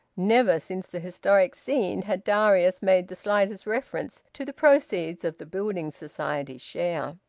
never since the historic scene had darius made the slightest reference to the proceeds of the building society share.